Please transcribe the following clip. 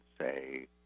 say